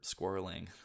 squirreling